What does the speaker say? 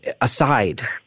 aside